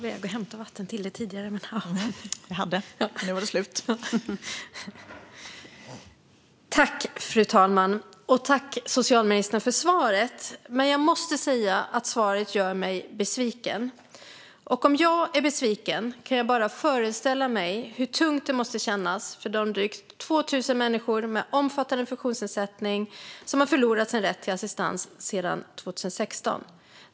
Fru talman! Jag tackar socialministern för svaret, men jag måste säga att svaret gör mig besviken. Och om jag är besviken kan jag bara föreställa mig hur tungt det måste kännas för de drygt 2 000 människor med omfattande funktionsnedsättning som har förlorat sin rätt till assistans sedan 2016.